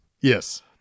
Yes